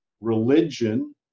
religion